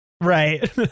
Right